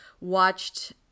Watched